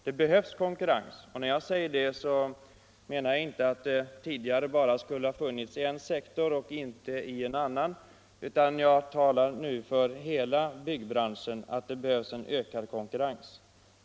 Det behövs konkurrens, och när jag säger det menar jag inte att det tidigare bara skulle ha funnits konkurrens i en sektor och inte i en annan, utan jag talar nu för att det behövs ökad konkurrens i hela byggbranschen.